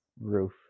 Roof